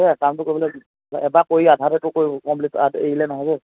তাকেই কামটো কৰিবলৈ এবাৰ কৰি আধাতে তোৰ কৰিতো কমপ্লিট আধাতে এৰিলে নহ'ব